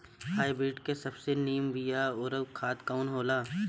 Hybrid के सबसे नीमन बीया अउर खाद कवन हो ला?